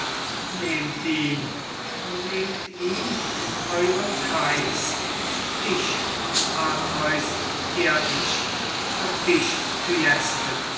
nehmt ihn o nehmt ihn in euern kreis dich atreus ehr ich auch dich